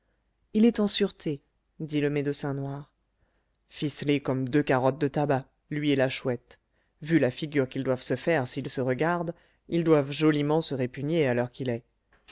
il est en sûreté dit le médecin noir ficelés comme deux carottes de tabac lui et la chouette vu la figure qu'ils doivent se faire s'ils se regardent ils doivent joliment se répugner à l'heure qu'il est